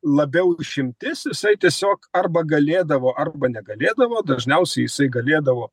labiau išimtis jisai tiesiog arba galėdavo arba negalėdavo dažniausiai jisai galėdavo